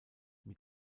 mit